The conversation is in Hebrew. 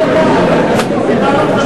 לא צריך הצעות חוק,